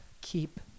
keep